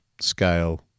scale